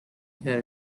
had